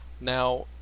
Now